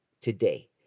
today